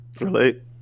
relate